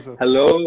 hello